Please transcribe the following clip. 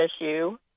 issue